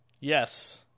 Yes